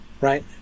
Right